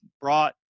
brought